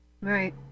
Right